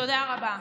תודה רבה.